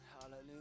hallelujah